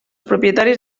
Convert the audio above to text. propietaris